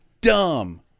dumb